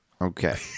Okay